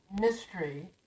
mystery